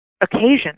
occasion